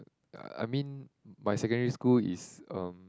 I mean my secondary school is um